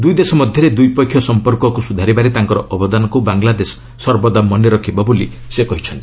ଦୁଇଦେଶ ମଧ୍ୟରେ ଦ୍ୱିପକ୍ଷୀୟ ସଂପର୍କକୁ ସୁଧାରିବାରେ ତାଙ୍କର ଅବଦାନକୁ ବାଂଲାଦେଶ ସର୍ବଦା ମନେ ରଖିବ ବୋଲି ସେ କହିଛନ୍ତି